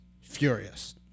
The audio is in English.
furious